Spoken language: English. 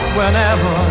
whenever